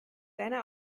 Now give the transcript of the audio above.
deine